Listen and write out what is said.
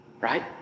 right